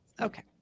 Okay